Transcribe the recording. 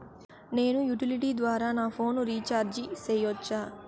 నేను యుటిలిటీ ద్వారా నా ఫోను రీచార్జి సేయొచ్చా?